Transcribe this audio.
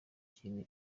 kintu